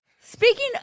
Speaking